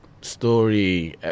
story